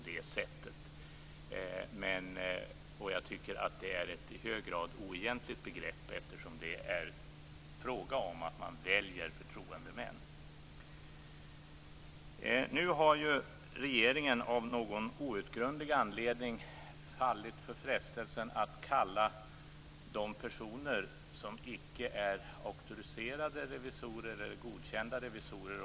Jag tycker också att det är fråga om ett i hög grad oegentligt begrepp, eftersom det är fråga om att välja förtroendemän. En formell revisionsberättelse måste undertecknas av personer som icke är auktoriserade revisorer eller godkända revisorer.